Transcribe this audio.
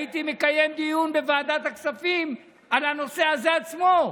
הייתי מקיים דיון בוועדת הכספים על הנושא הזה עצמו,